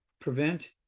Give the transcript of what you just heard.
prevent